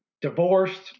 divorced